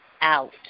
out